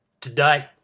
Today